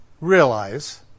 realize